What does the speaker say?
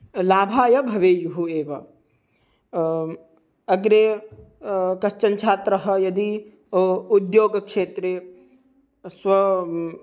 लाभाय भवेयुः एव अग्रे कश्चन छात्रः यदि उद्योगक्षेत्रे स्व